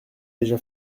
déjà